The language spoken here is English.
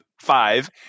five